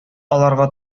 аларга